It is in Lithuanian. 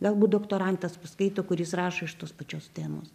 galbūt doktorantas paskaito kuris rašo iš tos pačios temos